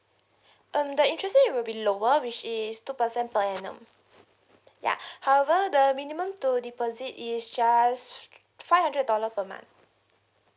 um the interest rate will be lower which is two percent per annum ya however the minimum to deposit is just five hundred dollar per month